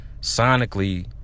sonically